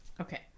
Okay